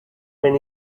when